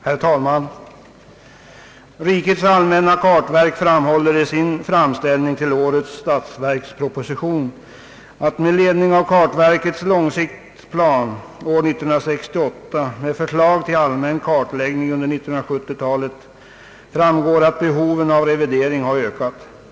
Herr talman! Rikets allmänna kartverk framhåller i sin framställning till årets statsverksproposition att verkets långtidsplan år 1968 med förslag till allmän kartläggning under 1970-talet visar att behoven av revidering av kartmaterialet har ökat.